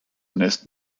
nest